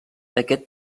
aquest